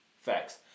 Facts